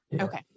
Okay